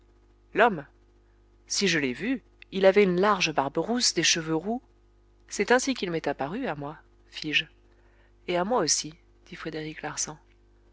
l'homme si je l'ai vu il avait une large barbe rousse des cheveux roux c'est ainsi qu'il m'est apparu à moi fis-je et à moi aussi dit frédéric larsan